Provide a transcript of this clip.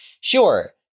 Sure